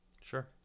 Sure